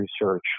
research